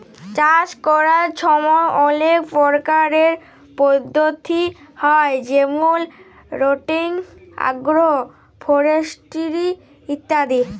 চাষ ক্যরার ছময় অলেক পরকারের পদ্ধতি হ্যয় যেমল রটেটিং, আগ্রো ফরেস্টিরি ইত্যাদি